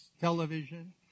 television